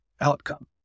outcome